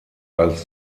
als